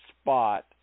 spot